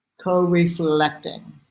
co-reflecting